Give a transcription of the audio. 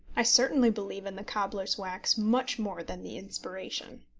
i certainly believe in the cobbler's wax much more than the inspiration.